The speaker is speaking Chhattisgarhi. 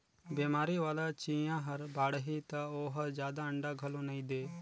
बेमारी वाला चिंया हर बाड़ही त ओहर जादा अंडा घलो नई दे